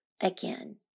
again